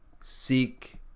Seek